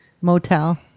motel